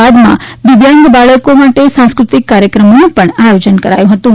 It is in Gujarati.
બાદમાં દિવ્યાંગ બાળકો સાંસ્કૃતિ કાર્યક્રમનું પણ આયોજન કરાયું હતું